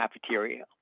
cafeteria